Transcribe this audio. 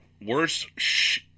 worse